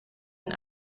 een